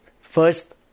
first